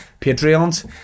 patreons